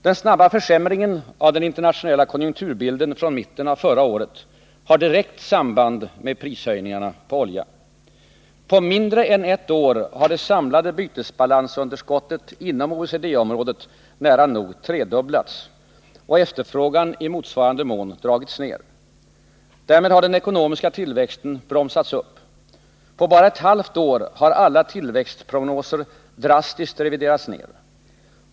Den snabba försämringen av den internationella konjunkturbilden från mitten av förra året har direkt sarnband med prishöjningarna på olja. På mindre än ett år har det samlade bytesbalansunderskottet inom OECD området nära nog tredubblats och efterfrågan i motsvarande mån dragits ner. Därmed har den ekonomiska tillväxten bromsats upp. På bara ett halvt år har alla tillväxtprognoser drastiskt reviderats ner.